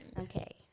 Okay